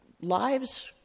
lives